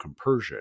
compersion